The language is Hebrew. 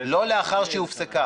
לא לאחר שהיא הופסקה.